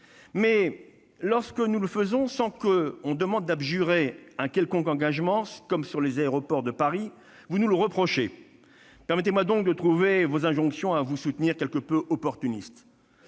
Mais, lorsque nous le faisons sans pour autant abjurer un quelconque engagement, comme sur la question d'Aéroports de Paris, vous nous le reprochez. Permettez-moi donc de trouver votre injonction à vous soutenir quelque peu opportuniste.